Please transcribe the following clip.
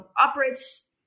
operates